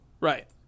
Right